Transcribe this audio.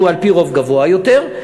שהוא על-פי רוב גבוה יותר,